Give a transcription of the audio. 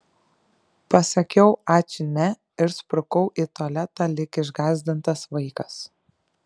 pasakiau ačiū ne ir sprukau į tualetą lyg išgąsdintas vaikas